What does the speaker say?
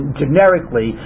generically